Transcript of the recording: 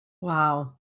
Wow